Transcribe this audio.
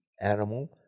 animal